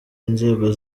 inzego